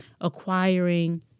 acquiring